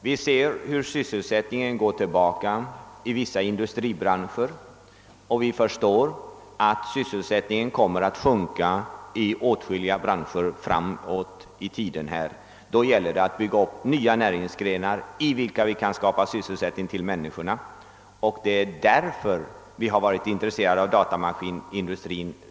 Vi ser hur sysselsättningen går tillbaka i vissa industribranscher, och vi förstår att sysselsättningen kommer att sjunka i åtskilliga branscher framöver. Då gäller det att bygga upp nya näringsgrenar, inom vilka vi kan skapa sysselsättning för människorna. Det är därför vi sedan länge är intresserade av datamaskinindustrin.